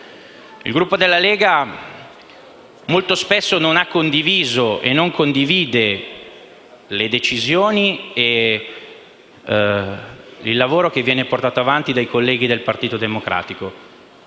Il Gruppo della Lega molto spesso non ha condiviso e non condivide le decisioni e il lavoro che viene portato avanti dai colleghi del Partito Democratico,